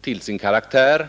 till sin karaktär.